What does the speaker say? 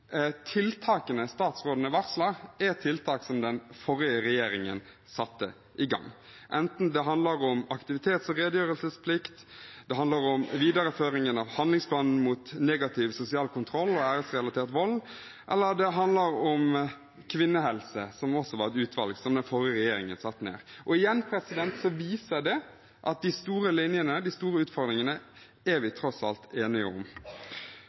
tiltakene statsråden varsler, er tiltak som den forrige regjeringen satte i gang, enten det handler om aktivitets- og redegjørelsesplikt, om videreføring av handlingsplanen mot negativ sosial kontroll og æresrelatert vold, eller det handler om kvinnehelse, som også var et utvalg den forrige regjeringen satte ned. Igjen viser det at de store linjene og de store utfordringene er vi tross alt enige om.